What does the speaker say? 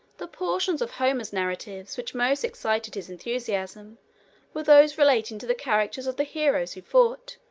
the portions of homer's narratives which most excited his enthusiasm were those relating to the characters of the heroes who fought,